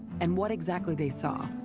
and what exactly they saw.